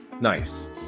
Nice